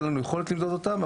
אין לנו יכולת למדוד אותם,